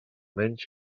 menys